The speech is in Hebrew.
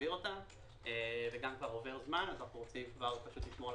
שנעביר אותם וגם כבר עובר זמן אז אנחנו רוצים לשמור על